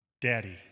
Daddy